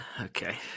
Okay